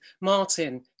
Martin